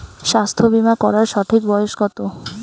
স্বাস্থ্য বীমা করার সঠিক বয়স কত?